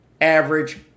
Average